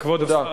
כבוד השר,